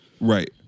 Right